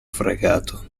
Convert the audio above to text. fregato